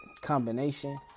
combination